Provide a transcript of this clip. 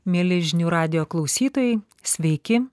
mieli žinių radijo klausytojai sveiki